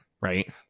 Right